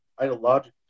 ideological